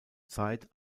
zeit